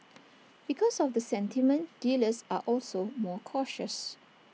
because of the sentiment dealers are also more cautious